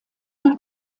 nach